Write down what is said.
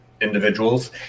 individuals